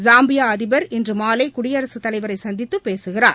Zambia அதிபர் இன்று மாலை குடியரசுத் தலைவரை சந்தித்து பேசுகிறார்